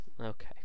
Okay